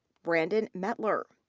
brandon mettler.